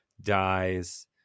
dies